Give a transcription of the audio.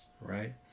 right